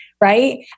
right